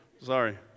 sorry